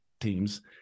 teams